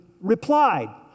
replied